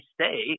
stay